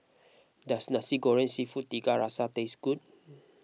does Nasi Goreng Seafood Tiga Rasa taste good